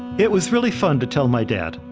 it was really fun to tell my dad.